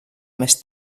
més